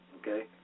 Okay